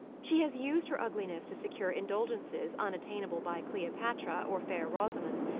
she has used her ugliness to secure indulgences unattainable by cleopatra or fair rosamund,